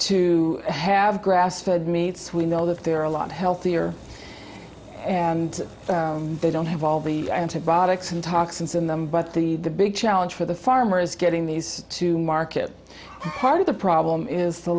to have grass fed meets we know that they're a lot healthier and they don't have all the antibiotics and talks in them but the the big challenge for the farmers getting these to market part of the problem is the